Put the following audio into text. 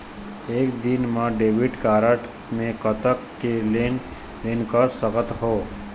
एक दिन मा मैं डेबिट कारड मे कतक के लेन देन कर सकत हो?